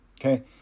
Okay